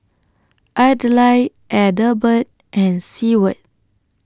Adlai Adelbert and Seward